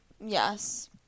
Yes